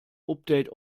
update